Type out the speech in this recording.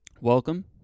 welcome